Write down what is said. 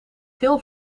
veel